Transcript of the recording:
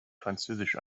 französisch